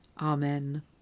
Amen